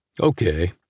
Okay